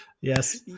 Yes